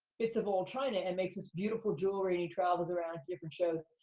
bits of old china, and makes this beautiful jewelry, and he travels around to different shows.